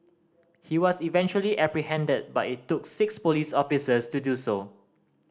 he was eventually apprehended but it took six police officers to do so